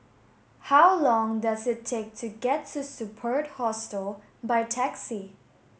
how long does it take to get to Superb Hostel by taxi